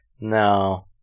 No